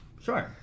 Sure